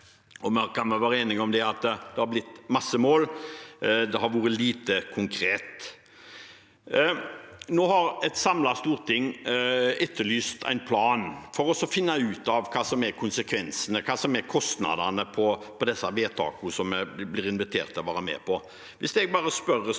være enige om at det har blitt mange mål – det har vært lite konkret. Nå har et samlet storting etterlyst en plan for å finne ut hva som er konsekvensene, hva kostnadene er på de vedtakene som vi blir invitert til å være med på.